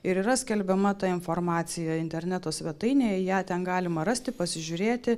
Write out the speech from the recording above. ir yra skelbiama ta informacija interneto svetainėje ją ten galima rasti pasižiūrėti